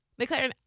McLaren